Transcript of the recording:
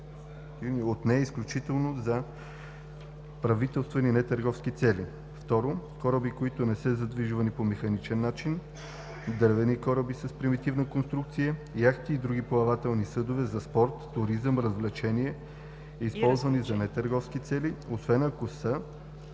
от нея изключително за правителствени нетърговски цели; 2. кораби, които не са задвижвани по механичен начин, дървени кораби с примитивна конструкция, яхти и други плавателни съдове за спорт, туризъм и развлечения, използвани за нетърговски цели, освен ако са